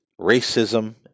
racism